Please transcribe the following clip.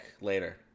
later